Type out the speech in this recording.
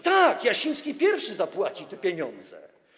Tak, Jasiński pierwszy zapłaci te pieniądze.